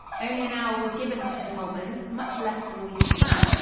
only an hour was given to st. albans, much less than we had planned,